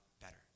better